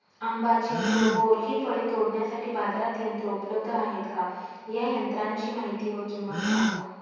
आंबा, चिंच, बोर हि फळे तोडण्यासाठी बाजारात यंत्र उपलब्ध आहेत का? या यंत्रांची माहिती व किंमत सांगा?